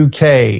uk